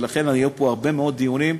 ולכן היו פה הרבה מאוד דיונים,